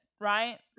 Right